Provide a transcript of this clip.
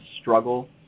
struggle